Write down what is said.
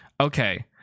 okay